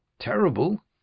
Terrible